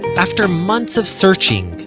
after months of searching,